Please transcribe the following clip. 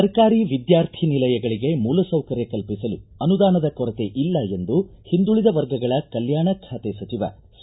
ಸರ್ಕಾರಿ ವಿದ್ಯಾರ್ಥಿ ನಿಲಯಗಳಿಗೆ ಮೂಲ ಸೌಕರ್ಯ ಕಲ್ಪಿಸಲು ಅನುದಾನದ ಕೊರತೆಯಿಲ್ಲ ಎಂದು ಹಿಂದುಳದ ವರ್ಗಗಳ ಕಲ್ಕಾಣ ಬಾತೆ ಸಚಿವ ಸಿ